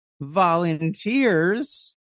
volunteers